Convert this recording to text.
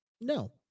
no